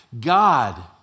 God